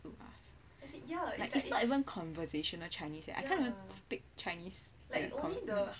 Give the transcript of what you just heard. it is not even conversational chinese eh I can't even speak chinese oh my god